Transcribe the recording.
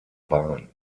bahn